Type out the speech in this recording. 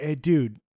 Dude